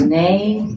name